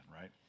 right